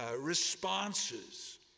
responses